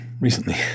recently